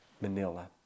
Manila